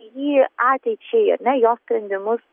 jį ateičiai ar ne jo sprendimus